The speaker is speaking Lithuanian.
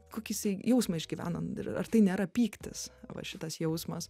kokį jisai jausmą išgyvena nu ir ar tai nėra pyktis va šitas jausmas